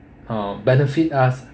uh benefit us